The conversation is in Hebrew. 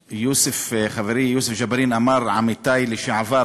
חברי יוסף ג'בארין אמר: "עמיתי לשעבר",